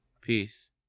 Peace